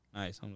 nice